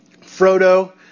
Frodo